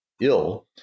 ill